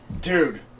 Dude